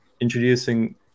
introducing